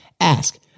ask